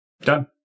Done